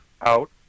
out